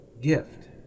gift